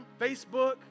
Facebook